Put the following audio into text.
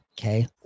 Okay